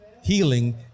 Healing